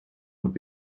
would